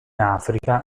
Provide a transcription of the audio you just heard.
africa